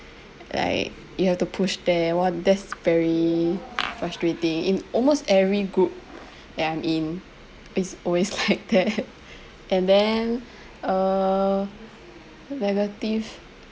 like you have to push them !wah! that's very frustrating in almost every group that I'm in it's always like that and then err negative